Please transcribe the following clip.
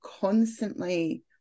constantly